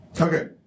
Okay